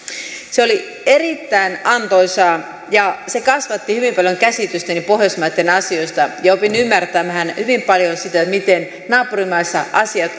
se oli erittäin antoisaa ja se kasvatti hyvin paljon käsitystäni pohjoismaitten asioista ja opin ymmärtämään hyvin paljon sitä miten naapurimaissa asiat